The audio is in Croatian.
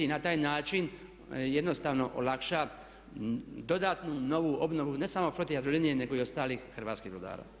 I na taj način jednostavno olakša dodatnu novu obnovu ne samo floti Jadrolinije, nego i ostalih hrvatskih brodara.